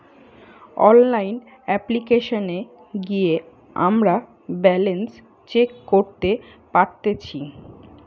online অপ্লিকেশনে গিয়ে আমরা ব্যালান্স চেক করতে পারতেচ্ছি